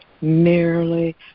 merely